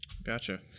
Gotcha